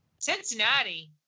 cincinnati